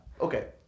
Okay